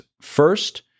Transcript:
First